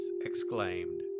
exclaimed